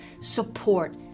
support